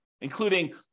including